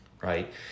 right